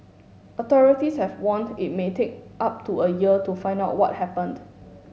authorities have warned it may take up to a year to find out what happened